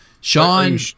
Sean